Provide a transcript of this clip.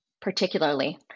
particularly